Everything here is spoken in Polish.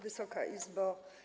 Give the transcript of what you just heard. Wysoka Izbo!